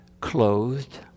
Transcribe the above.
clothed